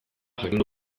jakingo